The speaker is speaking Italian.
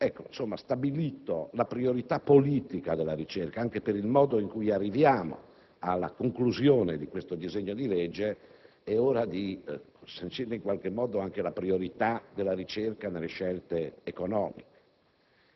Stabilita, quindi, la priorità politica della ricerca, anche per il modo in cui si arriva alla conclusione di questo disegno di legge, è ora di sancire in qualche modo la priorità della ricerca nelle scelte economiche.